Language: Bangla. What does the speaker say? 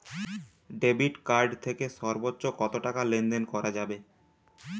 ডেবিট কার্ড থেকে সর্বোচ্চ কত টাকা লেনদেন করা যাবে?